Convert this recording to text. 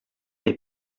est